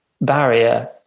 barrier